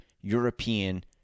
European